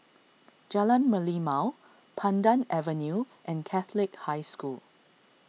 Jalan Merlimau Pandan Avenue and Catholic High School